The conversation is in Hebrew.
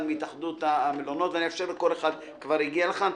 מהתאחדות המלונות ואאפשר לכל אחד שכבר הגיע לכאן,